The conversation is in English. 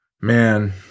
Man